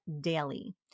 daily